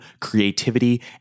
creativity